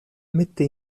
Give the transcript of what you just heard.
mette